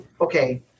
okay